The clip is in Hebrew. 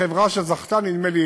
חברה שזכתה, נדמה לי